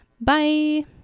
bye